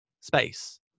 space